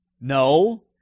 No